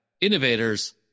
innovators